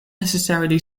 necessarily